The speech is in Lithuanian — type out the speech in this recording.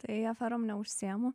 tai aferom neužsiimu